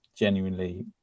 Genuinely